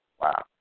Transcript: wow